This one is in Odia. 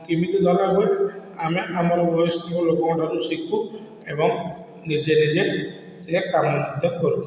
କେମିତି ଧରା ହୁଏ ଆମେ ଆମର ବୟୋଜ୍ୟେଷ୍ଠ ଲୋକଙ୍କଠୁ ଶିଖୁ ଏବଂ ନିଜେ ନିଜେ ସେ କାମ ମଧ୍ୟ କରୁ